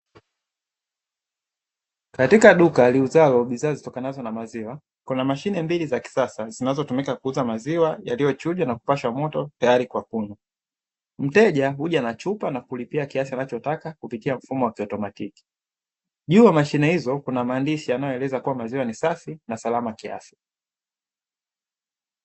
Katika duka liuzalo bidhaa zitokanazo na maziwa, kuna mashine mbili za kisasa zinazotumika kuuza maziwa yaliyochujwa na kupashwa moto tayari kwa kunywa. Mteja huja na chupa na kulipia kiasi anachotaka kupitia mfumo wa kiautomatiki. Juu ya mashine hizo kuna maandishi yanayoeleza kuwa maziwa ni safi na salama kiafya.